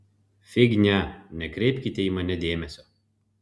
fignia nekreipkite į mane dėmesio